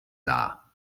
dar